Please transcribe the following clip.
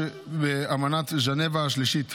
שבאמנת ג'נבה השלישית,